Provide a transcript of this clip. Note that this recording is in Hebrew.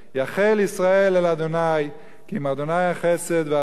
יחל ישראל אל אדוני כי עם אדוני החסד והרבה